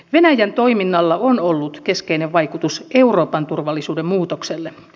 venäjän toiminnalla on ollut keskeinen vaikutus euroopan turvallisuuden muutokseen